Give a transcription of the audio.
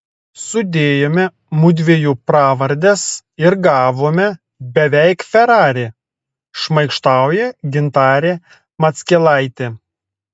sudėjome mudviejų pravardes ir gavome beveik ferrari šmaikštauja gintarė mackelaitė